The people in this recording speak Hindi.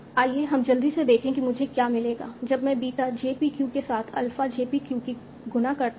आइए हम जल्दी से देखें कि मुझे क्या मिलेगा जब मैं बीटा j p q के साथ अल्फा j p q को गुणा करता हूं